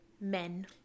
Men